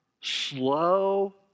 slow